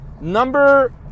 Number